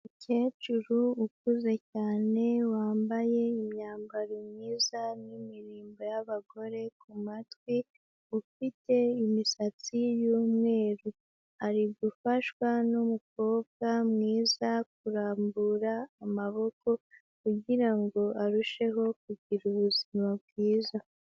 Umukecuru ukuze cyane ,wambaye imyambaro myiza n'imirimbo y'abagore ku matwi, ufite imisatsi y'umweru. Ari gufashwa n'umukobwa mwiza kurambura amaboko ,kugira ngo arusheho kugira ubuzima bwiza.